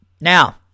Now